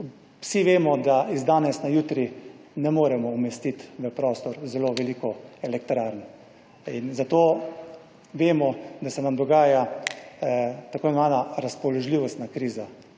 vsi vemo, da iz danes na jutri ne moremo umestiti v prostor zelo veliko elektrarn in zato vemo, da se nam dogaja tako imenovana razpoložljivostna kriza.